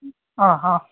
ಹಾಂ ಹಾಂ